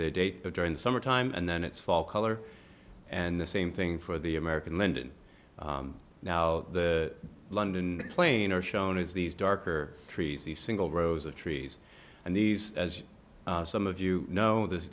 the date but during the summer time and then it's fall color and the same thing for the american linden now the london plane are shown as these darker trees the single rows of trees and these as some of you know this